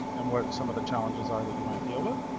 and what some of the challenges are that you might deal with.